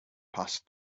passed